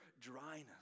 dryness